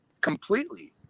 completely